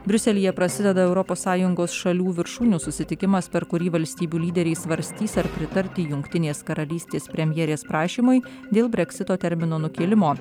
briuselyje prasideda europos sąjungos šalių viršūnių susitikimas per kurį valstybių lyderiai svarstys ar pritarti jungtinės karalystės premjerės prašymui dėl breksito termino nukėlimo